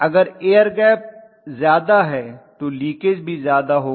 अगर air gap ज्यादा है तो लीकेज भी ज्यादा होगा